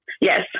Yes